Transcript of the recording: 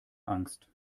angst